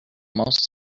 most